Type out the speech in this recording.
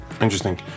Interesting